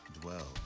dwell